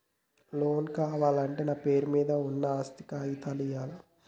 Loan కావాలంటే నా పేరు మీద ఉన్న ఆస్తి కాగితాలు ఇయ్యాలా?